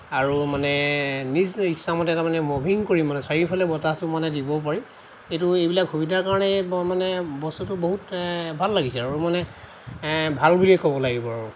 আৰু মানে নিজ ইচ্ছামতে তাৰমানে ম'ভিং কৰি মানে চাৰিওফালে বতাহটো সমানে দিবও পাৰি এইটো এইবিলাক সুবিধাৰ কাৰণে মই মানে বস্তুটো বহুত ভাল লাগিছে আৰু মানে ভাল বুলিয়ে ক'ব লাগিব আৰু